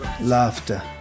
laughter